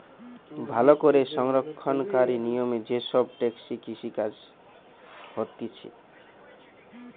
ভালো করে সংরক্ষণকারী নিয়মে যে সব টেকসই কৃষি কাজ হতিছে